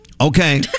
Okay